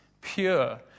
pure